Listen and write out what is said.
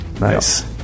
Nice